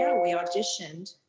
and we auditioned,